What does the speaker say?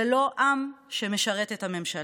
ולא עם שמשרת את הממשלה.